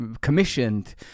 commissioned